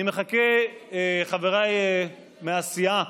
אני מחכה, חבריי מהסיעה.